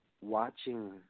watching